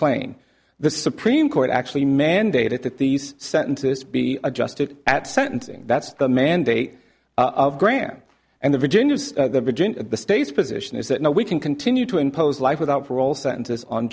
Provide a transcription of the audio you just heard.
claim the supreme court actually mandated that these sentences be adjusted at sentencing that's the mandate of graham and the virginia virginia the state's position is that now we can continue to impose life without parole sentences on